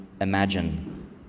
imagine